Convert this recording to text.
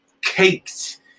caked